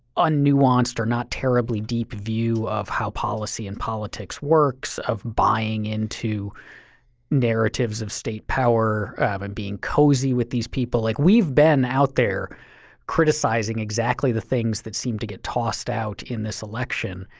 un-nuanced or not terribly deep view of how policy and politics works, of buying into narratives of state power and being cozy with these people. like, we've been out there criticizing exactly the things that seem to get tossed out in this election.